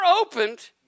opened